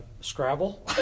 Scrabble